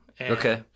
Okay